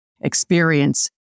experience